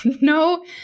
No